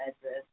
address